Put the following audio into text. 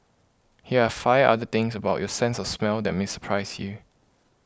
here are five other things about your sense of smell that may surprise you